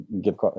give